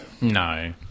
No